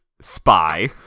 Spy